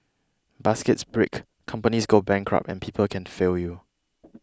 baskets break companies go bankrupt and people can fail you